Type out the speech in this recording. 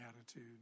attitude